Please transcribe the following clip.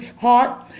heart